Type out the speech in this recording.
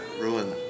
ruined